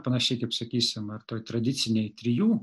panašiai kaip sakysim ar toj tradicinėj trijų